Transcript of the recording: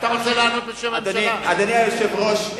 אדוני היושב-ראש,